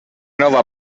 nova